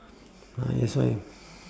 ah that's why